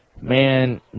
man